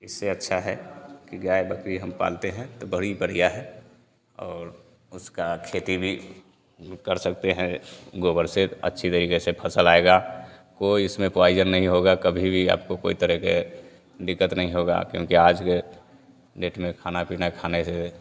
इससे अच्छा है कि गाय बकरी हम पालते हैं तो बड़ी बढ़िया है और उसका खेती भी जो कर सकते हैं गोबर से अच्छी तरीके से फसल आएगा कोई उसमें पोईजन नहीं होगा कभी भी आपको कोई तरह का दिक्कत नहीं होगा क्योंकि आज की डेट में खाना पीना खाने से